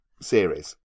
series